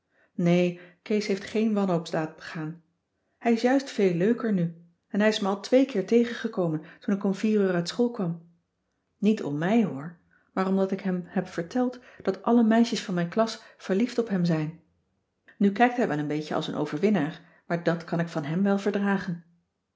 nee kees heeft geen wanhoopsdaad begaan hij is juist veel leuker nu en hij is me al twee keer tegengekomen toen ik om vier uur uit school kwam niet om mij hoor maar omdat ik hem heb verteld dat alle meisjes van mijn klas verliefd op hem zijn nu kijkt hij wel een beetje als een overwinnaar maar dat kan ik van hem wel verdragen